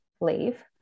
leave